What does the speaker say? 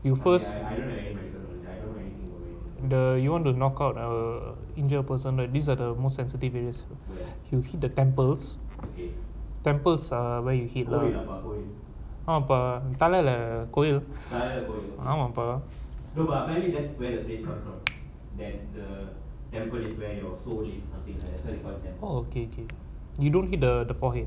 you first the you want to knockout or injure person that these are the most sensitive venus heals the temples temples ah where you hit loving about going ba da le coil fired a whampoa know about maybe that's where they start than the embodies where your slowly okay okay you don't heed the the forehead